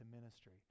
ministry